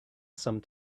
some